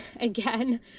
again